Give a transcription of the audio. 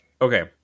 Okay